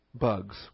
bugs